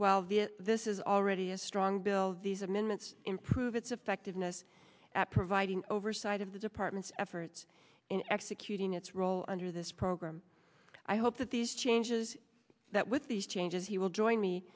via this is already a strong bill these amendments improve its effectiveness at providing oversight of the department's efforts in executing its role under this program i hope that these changes that with these changes he will join me